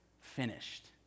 finished